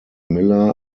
miller